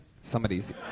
Somebody's